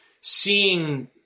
seeing